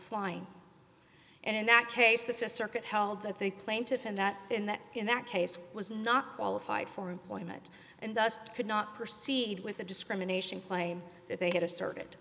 flying and in that case the th circuit held that the plaintiff in that in that in that case was not qualified for employment and thus could not proceed with a discrimination claim that they had a